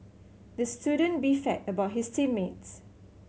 the student beefed about his team mates